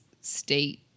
state